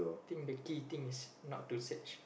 think the key things is not to search